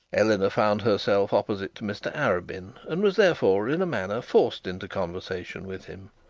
eleanor found herself opposite to mr arabin, and was, therefore, in a manner forced into conversation with him.